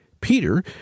Peter